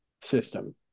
system